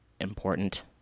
important